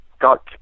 got